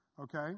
Okay